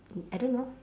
I don't know